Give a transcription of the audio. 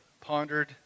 pondered